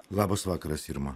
labas vakaras irma